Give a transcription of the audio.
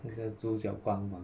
那个自己光芒